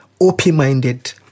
Open-minded